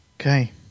Okay